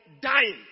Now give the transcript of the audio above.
dying